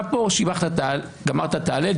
גם פה גמרת את ההלל,